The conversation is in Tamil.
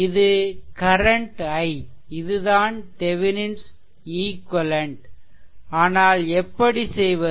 இது கரன்ட் i இதுதான் தெவெனின்ஸ் ஈக்வெலென்ட் Thevenin's equivalent ஆனால் எப்படி செய்வது